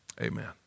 Amen